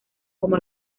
como